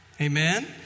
Amen